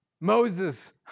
Moses